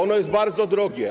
Ono jest bardzo drogie.